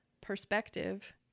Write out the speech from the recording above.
perspective